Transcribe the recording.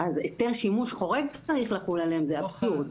היתר שימוש חורג צריך לחול עליהם זה אבסורד.